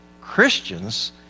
Christians